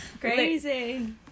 crazy